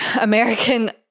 American